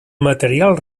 material